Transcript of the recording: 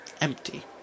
empty